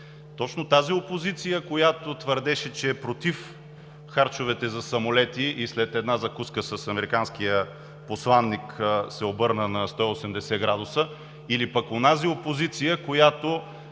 точно тази ли опозиция, която твърдеше, че е против харчовете за самолети и след една закуска с американския посланик се обърна на 180 градуса или пък онази опозиция, която